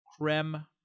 Creme